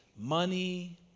money